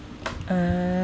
err